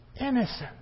Innocent